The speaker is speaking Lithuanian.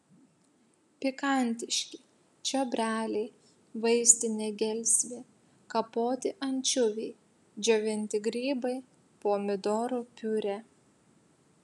pikantiški čiobreliai vaistinė gelsvė kapoti ančiuviai džiovinti grybai pomidorų piurė